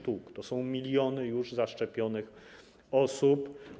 To są miliony już zaszczepionych osób.